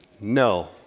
No